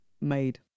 made